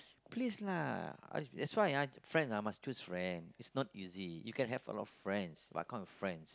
please lah that's why ah friend ah must choose friend is not easy you can have a lot of friends but kind of friends